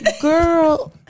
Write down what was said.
girl